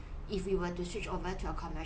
if we were to switch over to a commercial